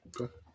Okay